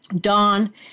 Dawn